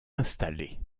installés